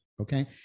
okay